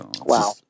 Wow